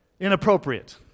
inappropriate